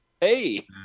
Hey